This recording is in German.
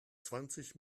zwanzig